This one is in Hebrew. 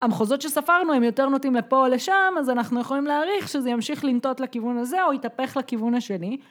המחוזות שספרנו הם יותר נוטים לפה או לשם, אז אנחנו יכולים להעריך שזה ימשיך לנטות לכיוון הזה או יתהפך לכיוון השני